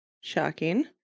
shocking